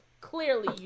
Clearly